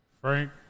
Frank